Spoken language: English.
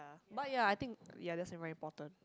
but ya I think ya that's very important